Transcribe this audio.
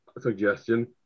suggestion